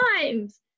times